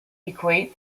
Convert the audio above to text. equate